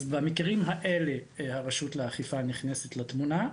אז במקרים האלה הרשות לאכיפה נכנסת לתמונה.